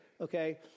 Okay